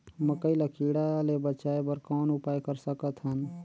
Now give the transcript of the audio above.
मकई ल कीड़ा ले बचाय बर कौन उपाय कर सकत हन?